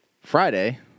Friday